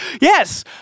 Yes